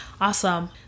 awesome